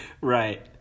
Right